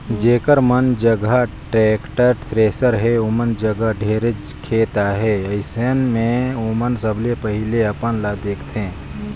जेखर मन जघा टेक्टर, थेरेसर हे ओमन जघा ढेरेच खेत अहे, अइसन मे ओमन सबले पहिले अपन ल देखथें